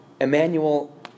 Emmanuel